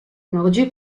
mordu